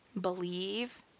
believe